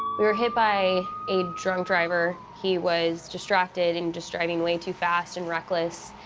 were hit by a drunk driver. he was distracted and just driving way too fast and reckless,